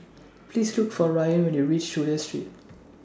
Please Look For Rayan when YOU REACH Chulia Street